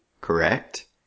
correct